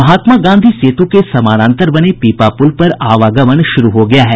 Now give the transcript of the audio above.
महात्मा गांधी सेत् के समानांतर बने पीपापूल पर आवागमन शुरू हो गया है